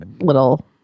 little